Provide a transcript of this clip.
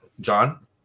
John